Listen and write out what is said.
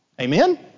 Amen